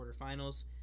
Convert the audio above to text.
quarterfinals